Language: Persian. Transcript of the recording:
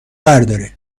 برداره